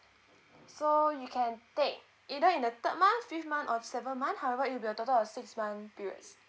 so you can take either in the third month fifth month or seven month however it will be a total of six month periods